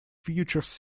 features